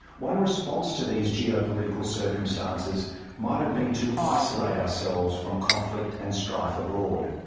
one response to these geopolitical circumstances might have been to isolate ourselves from conflict and strife abroad.